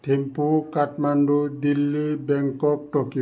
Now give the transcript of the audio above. Thimphu Kathmandu Delhi Bangkok Tokyo